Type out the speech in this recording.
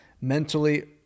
mentally